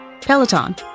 Peloton